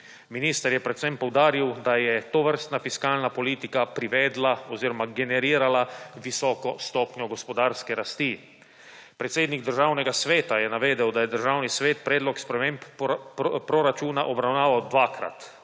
Minister je predvsem poudaril, da je tovrstna fiskalna politika privedla oziroma generirala visoko stopnjo gospodarske rasti. Predsednik Državnega sveta je navedel, da je Državni svet predlog sprememb proračuna obravnaval dvakrat.